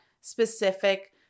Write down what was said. specific